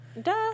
duh